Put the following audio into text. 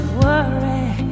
worry